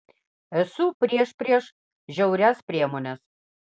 esu prieš prieš žiaurias priemones